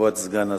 כבוד סגן השר,